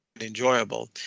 enjoyable